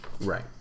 Right